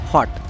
Hot